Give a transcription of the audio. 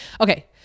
Okay